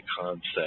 concept